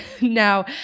Now